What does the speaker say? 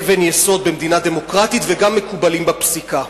אבן יסוד במדינה דמוקרטית, וגם מקובלים בפסיקה.